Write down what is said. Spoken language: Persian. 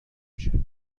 میشه